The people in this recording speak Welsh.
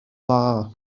dda